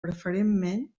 preferentment